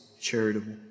charitable